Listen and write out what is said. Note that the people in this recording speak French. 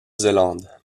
zélande